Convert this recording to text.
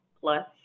plus